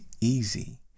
easy